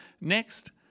next